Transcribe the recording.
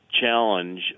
challenge